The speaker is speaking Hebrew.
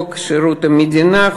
חוק שירות המדינה,